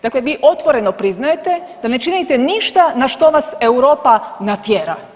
Dakle, vi otvoreno priznajete da ne činite ništa na što vas Europa natjera.